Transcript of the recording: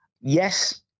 yes